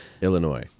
Illinois